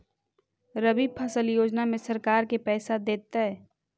रबि फसल योजना में सरकार के पैसा देतै?